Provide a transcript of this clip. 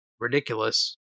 ridiculous